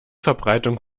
verbreitung